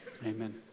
amen